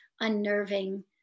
unnerving